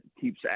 keeps